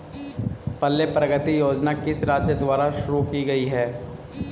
पल्ले प्रगति योजना किस राज्य द्वारा शुरू की गई है?